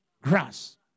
Grass